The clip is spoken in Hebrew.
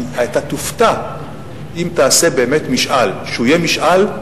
אתה תופתע אם תעשה באמת משאל שיהיה משאל,